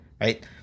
right